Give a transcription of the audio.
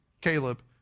Caleb